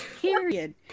Period